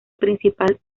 principal